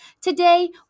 Today